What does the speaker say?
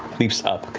leaps up,